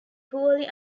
poorly